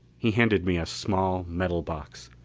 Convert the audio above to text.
he handed me a small metal box.